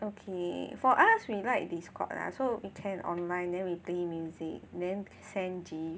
okay for us we like Discord lah so you can online then we play music then send GIF